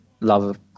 love